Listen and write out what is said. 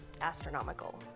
Astronomical